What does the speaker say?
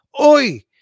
Oi